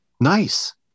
Nice